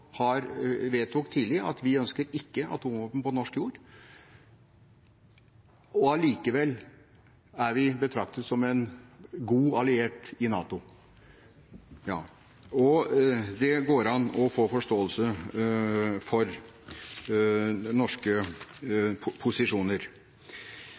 vedtok tidlig at vi ikke ønsker atomvåpen på norsk jord, og allikevel er vi betraktet som en god alliert i NATO, viser at det går an å få forståelse for norske posisjoner.